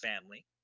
family